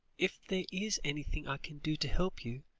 if there is anything i can do to help you.